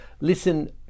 listen